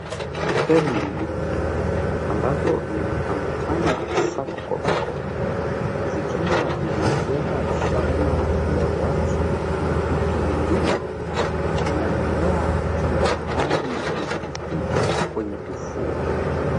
Ferry mbili ambazo zimeambatana sako kwa bako zikiwa zimebeba shehena ya watu na vitu vingine inaelea juu ya bahari zikikuja kwenye ufuo.